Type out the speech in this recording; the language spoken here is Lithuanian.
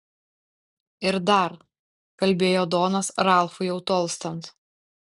ir dar kalbėjo donas ralfui jau tolstant